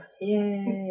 yay